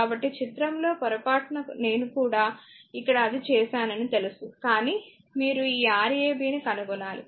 కాబట్టి చిత్రం లో పొరపాటున నేను కూడా ఇక్కడ అది చేసానని తెలుసు కానీ మీరు ఈ Rab ను కనుగొనాలి